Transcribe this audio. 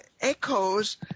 echoes